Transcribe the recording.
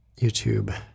YouTube